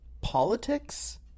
Politics